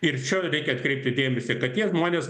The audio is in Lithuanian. ir čia reikia atkreipti dėmesį kad tie žmonės